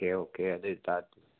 okay okay ꯑꯗꯨ ꯑꯣꯏꯇꯥꯔꯗꯤ